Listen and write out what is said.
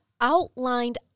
outlined